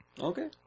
Okay